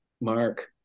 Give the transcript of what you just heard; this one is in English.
Mark